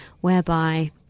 whereby